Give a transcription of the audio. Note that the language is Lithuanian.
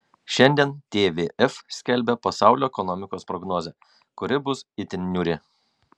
šiandien tvf skelbia pasaulio ekonomikos prognozę kuri bus itin niūri